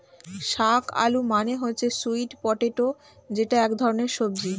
শাক আলু মানে হচ্ছে স্যুইট পটেটো যেটা এক ধরনের সবজি